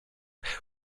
where